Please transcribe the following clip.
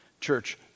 church